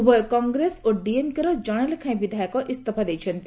ଉଭୟ କଂଗ୍ରେସ ଓ ଡିଏମକେର ଜଣେ ଲେଖାଏଁ ବିଧାୟକ ଇସ୍ତଫା ଦେଇଛନ୍ତି